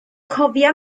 cofia